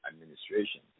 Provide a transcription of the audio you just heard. administration